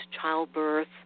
childbirth